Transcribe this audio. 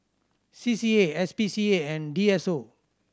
C C A S P C A and D S O